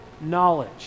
Knowledge